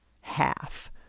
half